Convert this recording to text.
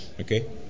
Okay